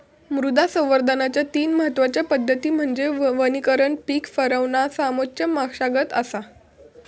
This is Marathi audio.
मृदा संवर्धनाच्या तीन महत्वच्या पद्धती म्हणजे वनीकरण पीक फिरवणा समोच्च मशागत असा